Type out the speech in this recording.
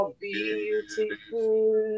beautiful